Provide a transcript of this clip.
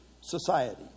society